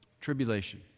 Tribulation